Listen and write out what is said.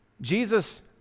Jesus